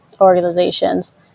organizations